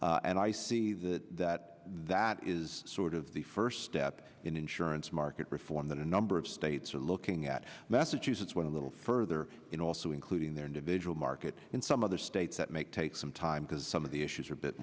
design and i see that that is sort of the first step in insurance market reform that a number of states are looking at massachusetts with a little further in also including their individual market in some other states that make take some time because some of the issues are a bit